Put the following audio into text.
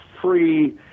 free